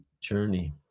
journey